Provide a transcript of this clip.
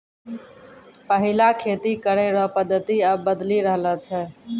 पैहिला खेती करै रो पद्धति आब बदली रहलो छै